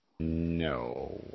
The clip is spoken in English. No